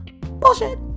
Bullshit